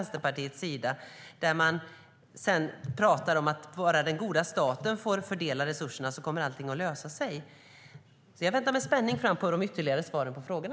Sedan säger man att om bara den goda staten får fördela resurserna så kommer allting att lösa sig. Jag ser med spänning fram emot de ytterligare svaren på frågorna.